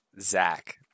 zach